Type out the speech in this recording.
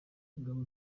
ingabo